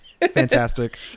fantastic